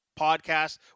podcast